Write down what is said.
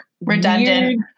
redundant